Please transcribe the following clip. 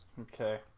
Okay